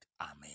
Amen